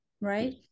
right